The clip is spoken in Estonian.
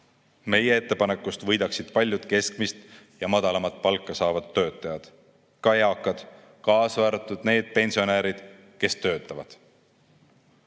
Meie ettepanekust võidaksid paljud keskmist ja madalat palka saavad töötajad, ka eakad, kaasa arvatud need pensionärid, kes töötavad.